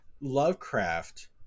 lovecraft